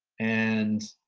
and